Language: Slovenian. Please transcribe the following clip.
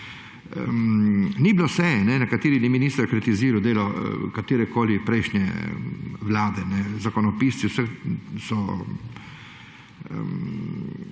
Ni bilo seje, na kateri bi minister kritiziral delo katerekoli prejšnje vlade, zakonopisci, mislim,